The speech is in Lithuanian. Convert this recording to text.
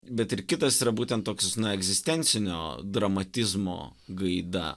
bet ir kitas yra būtent toks na egzistencinio dramatizmo gaida